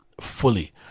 fully